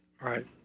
Right